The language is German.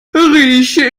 rieche